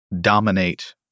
dominate